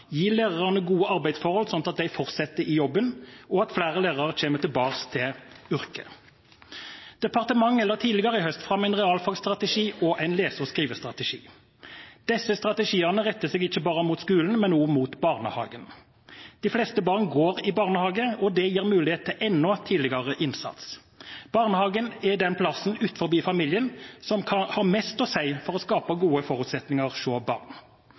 tilbake til yrket. Departementet la tidligere i høst fram en realfagstrategi og en lese- og skrivestrategi. Disse strategiene retter seg ikke bare mot skolen, men også mot barnehagene. De fleste barn går i barnehage, og det gir mulighet til enda tidligere innsats. Barnehagen er den plassen utenfor familien som har mest å si for å skape gode forutsetninger